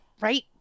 Right